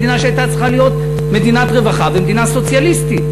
מדינה שהייתה צריכה להיות מדינת רווחה ומדינה סוציאליסטית,